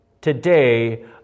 today